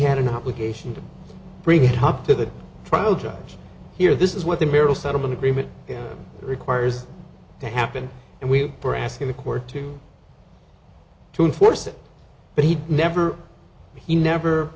had an obligation to bring it up to the trial judge here this is what the barrel settlement agreement requires to happen and we are asking the court to to enforce it but he never he never